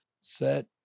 Set